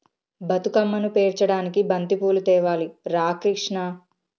బతుకమ్మను పేర్చడానికి బంతిపూలు తేవాలి రా కిష్ణ